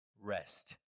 rest